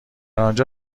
انجا